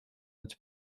its